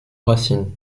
racines